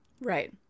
Right